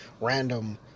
random